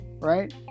right